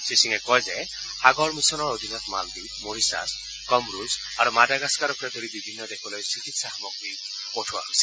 শ্ৰীসিঙে কয় যে সাগৰ মিচনৰ অধীনত মালদ্বীপ মৰিছাছ কমৰুছ আৰু মাডাগাছকাৰকে ধৰি বিভিন্ন দেশলৈ চিকিৎসা সামগ্ৰী পঠোৱা হৈছিল